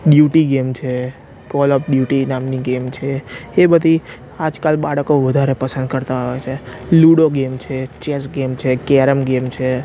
duty game છે Call of Duty નામની game છે એ બધી આજકાલ બાળકો વધારે પસંદ કરતાં હોય સે લૂડો ગેમ છે ચેસ ગેમ છે કેરમ ગેમ છે